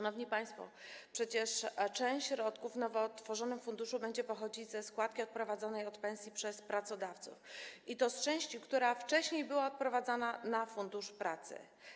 Proszę państwa, przecież część środków nowo tworzonego funduszu będzie pochodzić ze składki odprowadzonej od pensji przez pracodawców, i to z części, która wcześniej była odprowadzana na Fundusz Pracy.